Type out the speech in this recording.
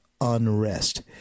unrest